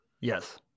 Yes